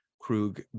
krug